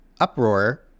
uproar